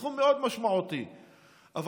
סכום משמעותי מאוד,